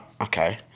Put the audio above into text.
Okay